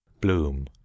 bloom